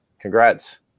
Congrats